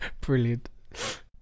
Brilliant